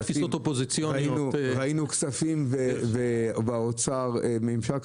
ראינו כספים והאוצר ממשק.